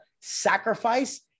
sacrifice